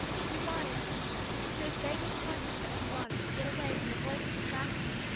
she wanted she was vaguely conscious that she wanted to get away from the voices and laughter,